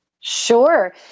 Sure